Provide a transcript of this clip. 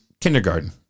kindergarten